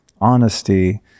honesty